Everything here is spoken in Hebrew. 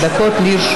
דרך לא טובה.